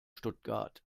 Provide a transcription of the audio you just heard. stuttgart